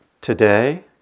today